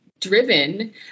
driven